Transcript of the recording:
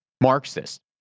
Marxist